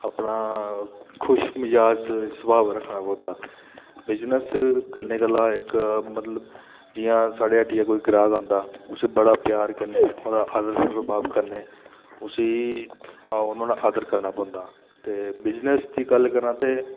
अपना खुशमजाज सुभाऽ रक्खना पौंदा बिजनस करने गल्ला इक मतलब जि'यां साढ़े हट्टिया कोई ग्राह्क औंदा उसी बड़ा प्यार करने ओह्दा आदर सत्कार करने उसी नुआढ़ा आदर करना पौंदा ते बिजनस दी गल्ल करां ते